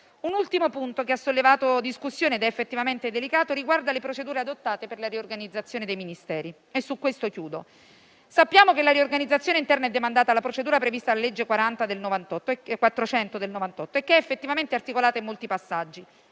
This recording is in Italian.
Un ultimo punto che è stato sollevato in discussione e che è effettivamente delicato riguarda le procedure adottate per la riorganizzazione dei Ministeri. Sappiamo che la riorganizzazione interna è demandata alla procedura prevista dalla legge n. 400 del 1998, che è effettivamente articolata in molti passaggi.